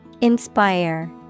Inspire